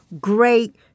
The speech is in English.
great